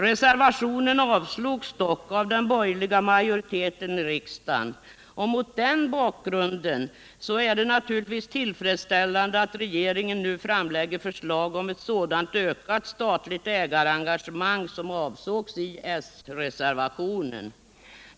Reservationen avslogs dock av den borgerliga majoriteten i riksdagen. Mot den bakgrunden är det naturligtvis tillfredsställande att regeringen nu framlägger förslag om ett sådant ökat statligt ägarengagemang som avsågs i sreservationen.